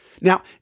Now